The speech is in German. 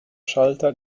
schalter